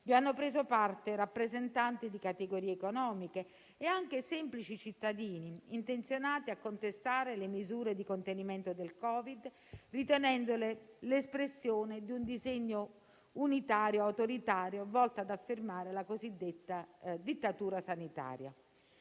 vi hanno preso parte rappresentanti di categorie economiche e anche semplici cittadini intenzionati a contestare le misure di contenimento del Covid, ritenendole l'espressione di un disegno autoritario volto ad affermare la cosiddetta dittatura sanitaria.